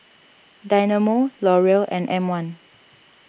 Dynamo L'Oreal and M one